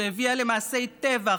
שהביאה למעשי טבח,